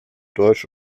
deutsch